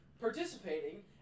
participating